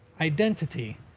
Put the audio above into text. identity